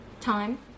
time